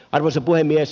arvoisa puhemies